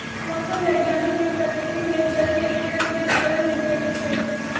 मौसम वैज्ञानिक ने प्रकृति में जल के वितरण के विवरण देल कई